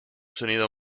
sonido